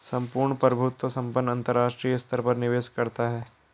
सम्पूर्ण प्रभुत्व संपन्न अंतरराष्ट्रीय स्तर पर निवेश करता है